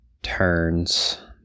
turns